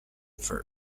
for